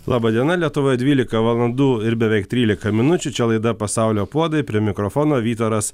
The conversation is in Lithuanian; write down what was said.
laba diena lietuva dvylika valandų ir beveik trylika minučių čia laida pasaulio puodai prie mikrofono vytaras